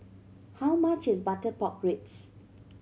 how much is butter pork ribs